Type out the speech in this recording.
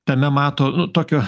tame mato tokio